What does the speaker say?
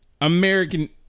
American